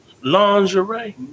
lingerie